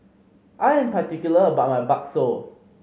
I am particular about my bakso